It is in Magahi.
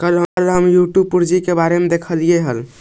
कल हम यूट्यूब पर पूंजी के लागत के बारे में देखालियइ हल